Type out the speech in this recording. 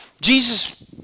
Jesus